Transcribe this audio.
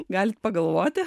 galit pagalvoti